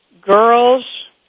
girls